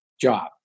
job